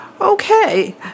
okay